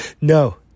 No